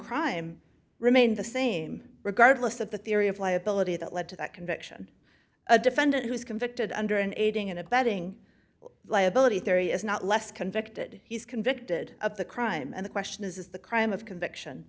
crime remain the same regardless of the theory of liability that led to that conviction a defendant who was convicted under an aiding and abetting liability theory is not less convicted he's convicted of the crime and the question is is the crime of conviction